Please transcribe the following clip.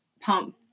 pump